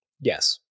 Yes